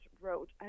wrote